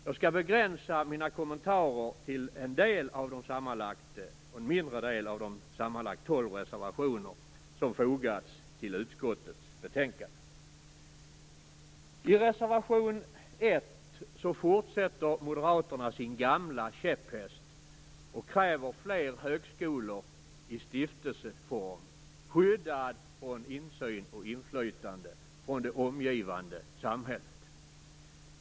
Jag skall begränsa mina kommentarer till en mindre del av de sammanlagt 12 reservationer som fogats till utskottets betänkande. I reservation 1 fortsätter moderaterna med sin gamla käpphäst och kräver fler högskolor i stiftelseform, skyddade från insyn och inflytande från det omgivande samhället.